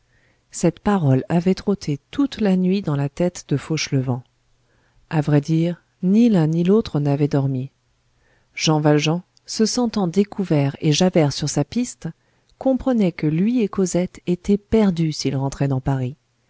cette parole avait trotté toute la nuit dans la tête de fauchelevent à vrai dire ni l'un ni l'autre n'avaient dormi jean valjean se sentant découvert et javert sur sa piste comprenait que lui et cosette étaient perdus s'ils rentraient dans paris